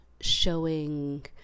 showing